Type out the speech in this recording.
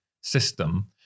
system